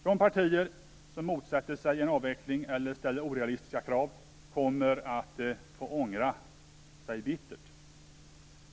De partier som motsätter sig en avveckling eller ställer orealistiska krav kommer att få ångra sig bittert.